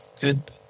good